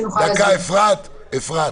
שתעני, אפרת,